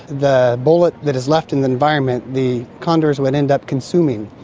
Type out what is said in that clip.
the bullet that is left in the environment the condors would end up consuming,